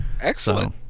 excellent